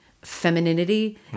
femininity